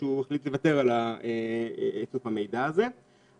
שהוא החליט לוותר על איסוף המידע הזה.